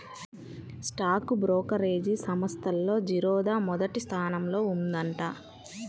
stock brokerage సంస్థల్లో జిరోదా మొదటి స్థానంలో ఉందంట